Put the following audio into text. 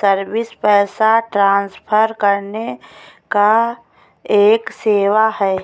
service पैसा transfer करने का एक सेवा है